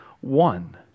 one